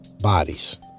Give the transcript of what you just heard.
bodies